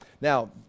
Now